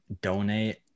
donate